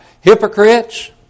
hypocrites